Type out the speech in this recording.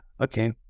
okay